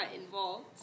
involved